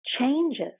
changes